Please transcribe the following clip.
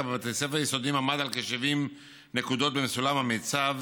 בבתי ספר יסודיים היה כ-70 נקודות בסולם המיצ"ב,